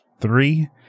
three